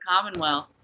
Commonwealth